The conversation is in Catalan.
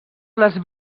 les